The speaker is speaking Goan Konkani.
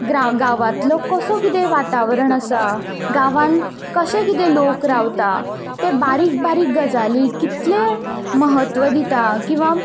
ग्राम गांवांतलो कसो कितें वातावरण आसा गांवांन कशें कितें लोक रावता ते बारीक बारीक गजाली कितलें महत्व दिता किंवां